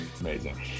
Amazing